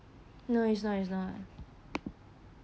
no it's not it's not